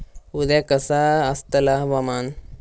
उद्या कसा आसतला हवामान?